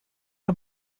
her